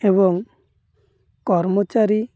ଏବଂ କର୍ମଚାରୀ